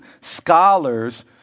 scholars